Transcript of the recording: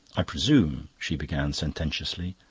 i presume, she began sententiously,